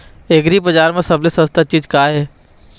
एग्रीबजार म सबले सस्ता चीज का ये?